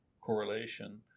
correlation